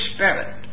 Spirit